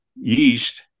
yeast